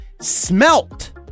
Smelt